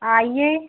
आइए